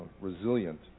resilient